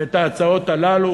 את ההצעות הללו,